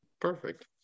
Perfect